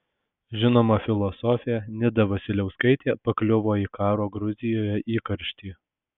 žinoma filosofė nida vasiliauskaitė pakliuvo į karo gruzijoje įkarštį